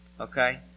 Okay